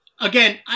Again